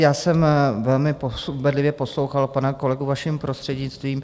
Já jsem velmi bedlivě poslouchal pana kolegu, vaším prostřednictvím.